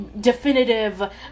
definitive